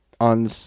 on